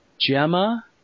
Gemma